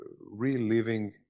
reliving